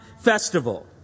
festival